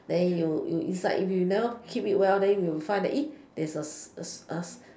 then you you it's like if you never keep it well then you find that there's earns are